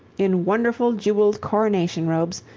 in wonderful jeweled coronation robes,